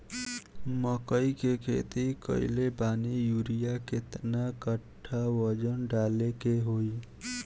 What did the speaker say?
मकई के खेती कैले बनी यूरिया केतना कट्ठावजन डाले के होई?